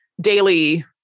daily